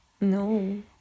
No